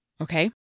okay